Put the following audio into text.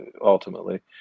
ultimately